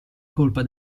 colpa